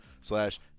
slash